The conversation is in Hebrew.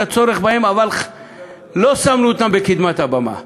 הצורך בהם אבל לא שמנו אותם בקדמת הבמה.